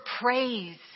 praise